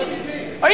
תאר